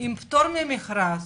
עם פטור ממכרז,